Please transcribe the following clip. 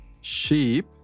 Sheep